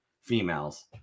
females